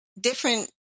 different